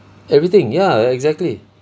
everything ya exactly